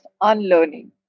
unlearning